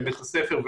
לבית הספר,